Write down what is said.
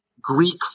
Greek